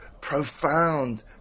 profound